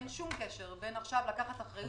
אין שום קשר וצריך עכשיו לקחת אחריות.